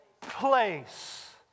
place